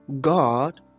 God